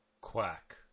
Quack